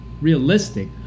realistic